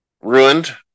ruined